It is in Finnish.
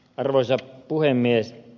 arvoisa puhemies